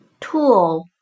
tool